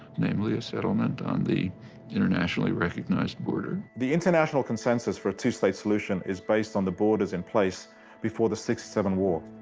namely a settlement on the internationally recognized border. the international consensus for a two-state solution is based on the borders in place before the e six seven war.